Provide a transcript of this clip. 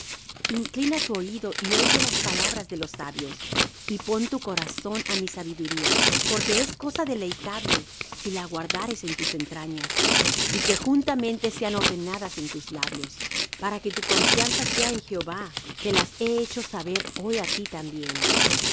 inclina tu oído y oye las palabras de los sabios y pon tu corazón á mi sabiduría porque es cosa deleitable si las guardares en tus entrañas y que juntamente sean ordenadas en tus labios para que tu confianza sea en jehová te las he hecho saber hoy á ti también